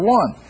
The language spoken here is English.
one